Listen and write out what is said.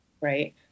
right